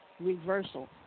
reversal